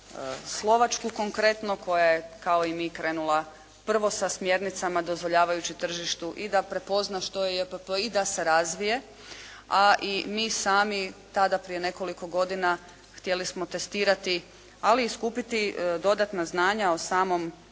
Slovačku konkretno koja je kao i mi krenula prvo sa smjernicama dozvoljavajući tržištu i da prepozna što je JPP i da se razvije a i mi sami tada prije nekoliko godina htjeli smo testirati ali i skupiti dodatna znanja o samom